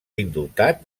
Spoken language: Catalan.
indultat